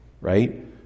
right